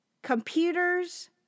Computers